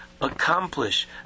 Accomplish